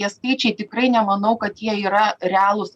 tie skaičiai tikrai nemanau kad jie yra realūs